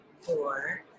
four